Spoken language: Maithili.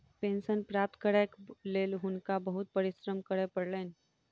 पेंशन प्राप्त करैक लेल हुनका बहुत परिश्रम करय पड़लैन